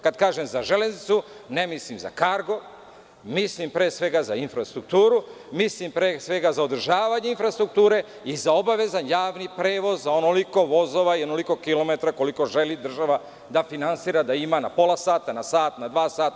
Kada kažem za železnicu, ne mislim za Kargo, mislim za infrastrukturu, mislim za održavanje infrastrukture i za obavezan javni prevoz, za onoliko vozova i onoliko kilometara koliko želi država da finansira i da ima na pola sata, na sat, na dva sata.